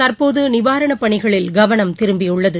தற்போது நிவாரண பணிகளில் கவனம் திரும்பியுள்ளது